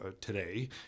today